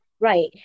Right